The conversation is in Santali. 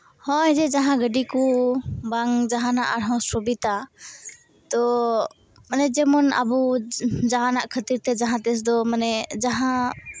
ᱦᱚᱜᱼᱚᱸᱭ ᱡᱮ ᱡᱟᱦᱟᱸ ᱜᱟᱹᱰᱤ ᱠᱚ ᱵᱟᱝ ᱡᱟᱦᱟᱱᱟᱜ ᱟᱨᱦᱚᱸ ᱥᱩᱵᱤᱛᱟ ᱛᱚ ᱢᱟᱱᱮ ᱡᱮᱢᱚᱱ ᱟᱵᱚ ᱡᱟᱦᱟᱱᱟᱜ ᱠᱷᱟᱹᱛᱤᱨ ᱛᱮ ᱡᱟᱦᱟᱸ ᱛᱤᱥ ᱫᱚ ᱢᱟᱱᱮ ᱡᱟᱦᱟᱸ